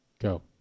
Go